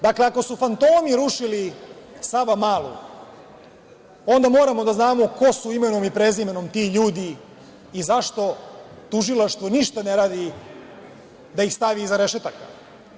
Dakle, ako su fantomi rušili Savamalu, onda moramo da znamo ko su, imenom i prezimenom, ti ljudi i zašto Tužilaštvo ništa ne radi da ih stavi iza rešetaka?